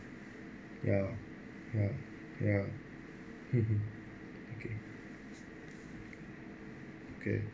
ya ya ya okay